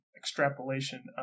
extrapolation